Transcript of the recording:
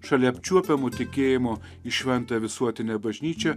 šalia apčiuopiamų tikėjimo į šventą visuotinę bažnyčią